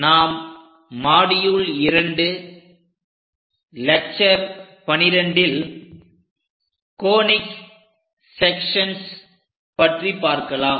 நாம் module 02 lecture 12இல் conic sections IV பற்றி பார்க்கலாம்